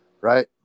right